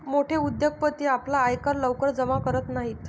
मोठे उद्योगपती आपला आयकर लवकर जमा करत नाहीत